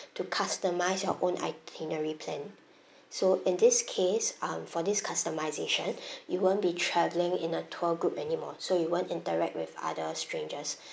to customise your own itinerary plan so in this case um for this customisation you won't be travelling in a tour group anymore so you won't interact with other strangers